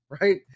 right